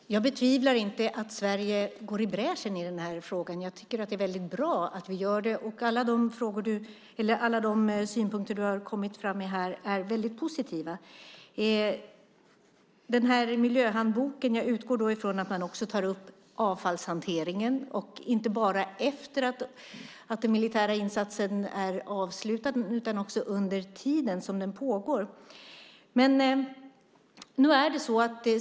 Fru talman! Jag betvivlar inte att Sverige går i bräschen för denna fråga. Det är mycket bra att vi gör det, och alla de synpunkter försvarsministern kommit med är väldigt positiva. Jag utgår från att miljöhandboken även tar upp avfallshanteringen, inte bara efter det att den militära insatsen är avslutad utan också under tiden den pågår.